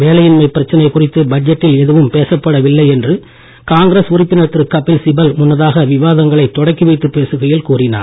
வேலையின்மை பிரச்சனை குறித்து பட்ஜெட்டில் எதுவும் பேசப்படவில்லை என்று காங்கிரஸ் உறுப்பினர் திரு கபில்சிபல் முன்னதாக விவாதங்களை தொடக்கி வைத்துப் பேசுகையில் கூறினார்